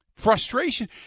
frustration